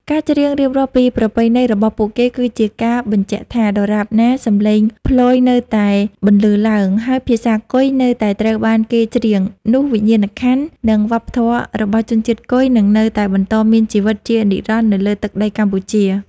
ការច្រៀងរៀបរាប់ពីប្រពៃណីរបស់ពួកគេ គឺជាការបញ្ជាក់ថា ដរាបណាសម្លេងផ្លយនៅតែបន្លឺឡើង ហើយភាសាគុយនៅតែត្រូវបានគេច្រៀង នោះវិញ្ញាណក្ខន្ធ និងវប្បធម៌របស់ជនជាតិគុយនឹងនៅតែបន្តមានជីវិតជានិរន្តរ៍នៅលើទឹកដីកម្ពុជា។